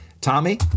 Tommy